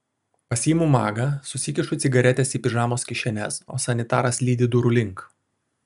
pasiimu magą susikišu cigaretes į pižamos kišenes o sanitaras lydi durų link